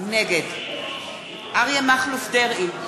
נגד אריה מכלוף דרעי,